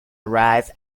arrive